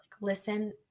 listen